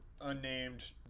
unnamed